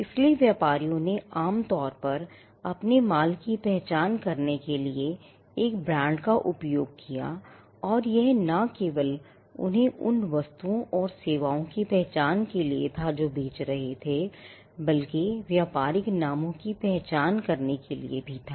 इसलिए व्यापारियों ने आमतौर पर अपने माल की पहचान करने के लिए एक ब्रांड का उपयोग किया और यह न केवल उन्हें उन वस्तुओं और सेवाओं की पहचान के लिए था जो वे बेच रहे थे बल्कि व्यापारिक नामों की पहचान करने के लिए भी था